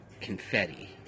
confetti